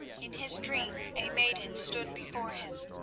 in his dream a maiden stood before him.